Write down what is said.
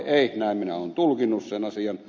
näin minä olen tulkinnut sen asian